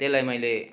त्यसलाई मैले